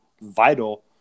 vital